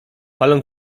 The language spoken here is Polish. palą